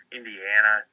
Indiana